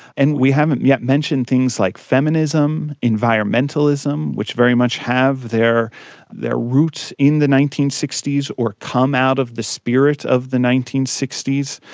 and we haven't yet mentioned things like feminism, environmentalism which very much have their their roots in the nineteen sixty s or come out of the spirit of the nineteen sixty s,